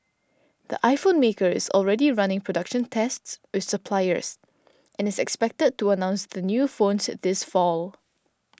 the iPhone maker is already running production tests with suppliers and is expected to announce the new phones at this fall